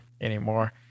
anymore